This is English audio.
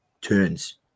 turns